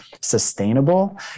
sustainable